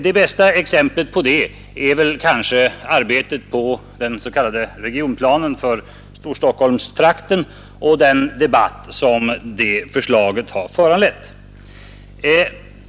Det bästa exemplet på detta är kanske arbetet på regionplanen för Storstockholmstrakten och den debatt som det förslaget har föranlett.